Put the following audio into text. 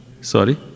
Sorry